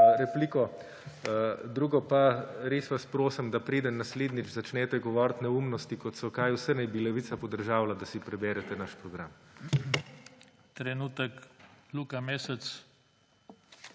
repliko. Drugo pa, res vas prosim, da preden naslednjič začnete govoriti neumnosti, kot so, kaj vsaj naj bi Levica podržavila, da si preberete naš program. **PODPREDSEDNIK